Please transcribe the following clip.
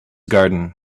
garden